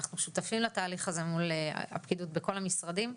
אנחנו שותפים לתהליך הזה מול הפקידות בכל המשרדים,